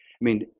i mean,